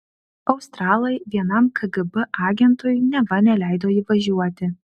australai vienam kgb agentui neva neleido įvažiuoti